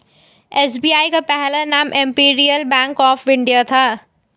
SBI का पहला नाम इम्पीरीअल बैंक ऑफ इंडिया था